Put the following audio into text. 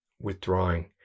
withdrawing